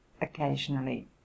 occasionally